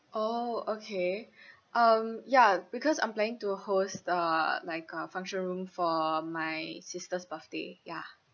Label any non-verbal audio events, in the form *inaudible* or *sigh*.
oo okay *breath* um ya because I'm planning to host err like a function room for my sister's birthday ya